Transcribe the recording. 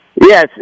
Yes